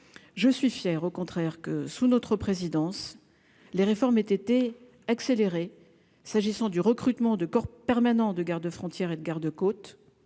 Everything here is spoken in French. je suis fier, au contraire, que sous notre présidence, les réformes et tt accélérer s'agissant du recrutement de corps permanent de garde-frontières et de gardes-côtes